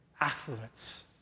Affluence